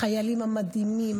החיילים המדהימים,